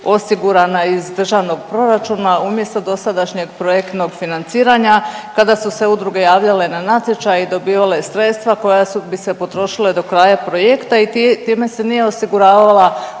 osigurana iz Državnog proračuna umjesto dosadašnjeg projektnog financiranja kada su se udruge javljale na natječaj i dobivale sredstva koja bi se potrošila do kraja projekta i time se nije osiguravala